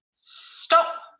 stop